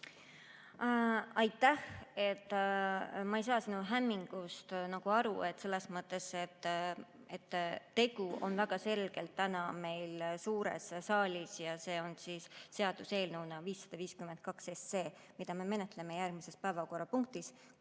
Aitäh! Ma ei saa sinu hämmingust aru, selles mõttes, et tegu on väga selgelt täna meil suures saalis – see on seaduseelnõu 552, mida me menetleme järgmises päevakorrapunktis,